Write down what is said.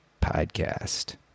podcast